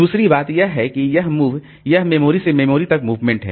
दूसरी बात यह है कि यह MOVE यह मेमोरी से मेमोरी तक मूवमेंट है